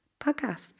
podcasts